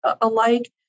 alike